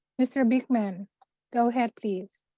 mr. bateman, go ahead, please.